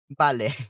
Vale